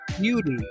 Beauty